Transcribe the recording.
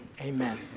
Amen